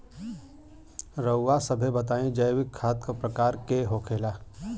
रउआ सभे बताई जैविक खाद क प्रकार के होखेला?